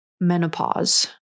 menopause